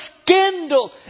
scandal